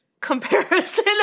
comparison